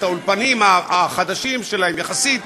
את האולפנים החדשים יחסית שלהם,